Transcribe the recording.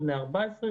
בני 14,